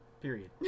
Period